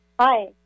Hi